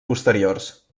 posteriors